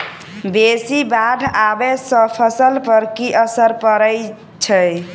बेसी बाढ़ आबै सँ फसल पर की असर परै छै?